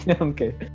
Okay